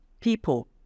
people